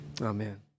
Amen